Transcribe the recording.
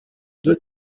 due